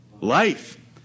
life